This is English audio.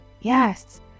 yes